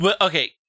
Okay